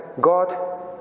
God